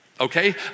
Okay